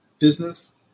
business